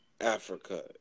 Africa